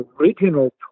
original